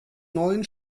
neuen